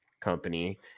company